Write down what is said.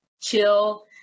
chill